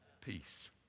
Peace